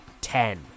ten